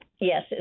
yes